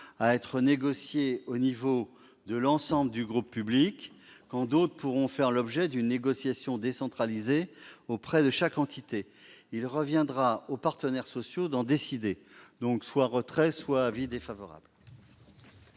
à être négociés à l'échelon de l'ensemble du groupe public, quand d'autres pourront faire l'objet d'une négociation décentralisée auprès de chaque entité. Il reviendra aux partenaires sociaux d'en décider. Je sollicite le retrait de cet amendement,